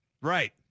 Right